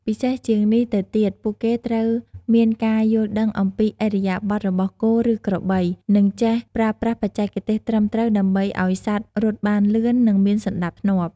ពិសេសជាងនេះទៅទៀតពួកគេត្រូវមានការយល់ដឹងអំពីឥរិយាបថរបស់គោ ឬក្របី និងចេះប្រើប្រាស់បច្ចេកទេសត្រឹមត្រូវដើម្បីឱ្យសត្វរត់បានលឿន និងមានសណ្ដាប់ធ្នាប់។